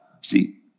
See